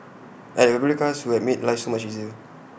I had A fabulous cast who had made life so much easier